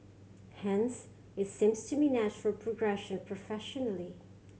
hence it seems to me a natural progression professionally